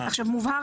זה תמיד היה כך,